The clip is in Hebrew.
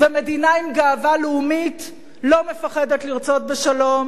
ומדינה עם גאווה לאומית לא מפחדת לרצות בשלום